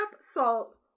salt